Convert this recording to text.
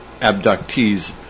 abductees